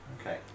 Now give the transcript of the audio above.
Okay